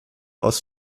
aus